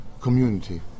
community